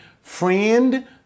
friend